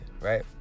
right